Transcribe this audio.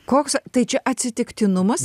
koks tai čia atsitiktinumas